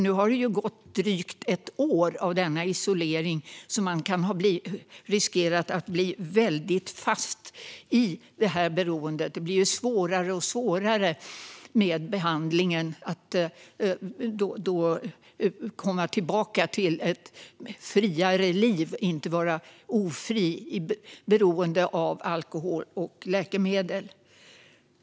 Nu har det ju gått drygt ett år av denna isolering, så det finns risk att man blivit fast i beroende. Det blir svårare och svårare med behandlingen för att komma tillbaka till ett friare liv och inte vara ofri i beroende av alkohol och läkemedel.